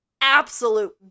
absolute